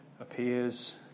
appears